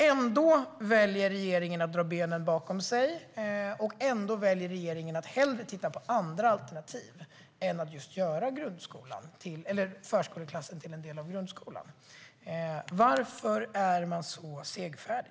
Ändå väljer regeringen att dra benen efter sig och hellre titta på andra alternativ än att just göra förskoleklassen till en del av grundskolan. Varför är man så senfärdig?